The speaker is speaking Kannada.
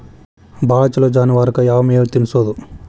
ಭಾಳ ಛಲೋ ಜಾನುವಾರಕ್ ಯಾವ್ ಮೇವ್ ತಿನ್ನಸೋದು?